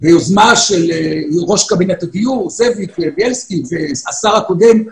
ביוזמה של ראש קבינט הדיור זאב ביילסקי והשר הקודם,